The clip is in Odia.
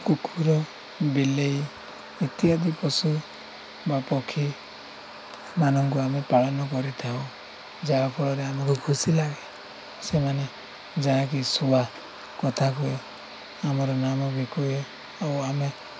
କୁକୁର ବିଲେଇ ଇତ୍ୟାଦି ପଶୁ ବା ପକ୍ଷୀମାନଙ୍କୁ ଆମେ ପାଳନ କରିଥାଉ ଯାହାଫଳରେ ଆମକୁ ଖୁସି ଲାଗେ ସେମାନେ ଯାହାକି ଶୁଆ କଥା କୁଏ ଆମର ନାମ ବି କୁହେ ଆଉ ଆମେ